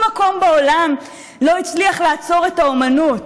מקום בעולם לא הצליח לעצור את האומנות,